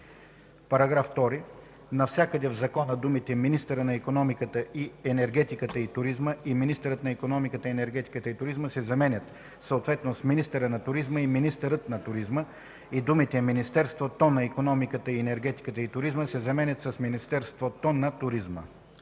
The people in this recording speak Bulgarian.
§ 2. Навсякъде в закона думите „министъра на икономика, енергетиката и туризма” и „министърът на икономиката, енергетиката и туризма” се заменят съответно с „министъра на туризма” и „министърът на туризма” и думите „Министерството на икономиката, енергетиката и туризма” се заменят с „Министерството на туризма”.”